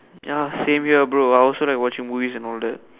ya same here bro I also like watching movies and all that